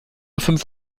fünf